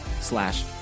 slash